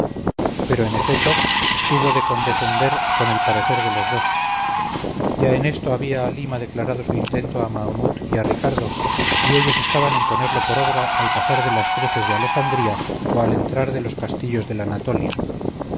pero en efeto hubo de condecender con el parecer de los dos ya en esto había halima declarado su intento a mahamut y a ricardo y ellos estaban en ponerlo por obra al pasar de las cruces de alejandría o al entrar de los castillos de la natolia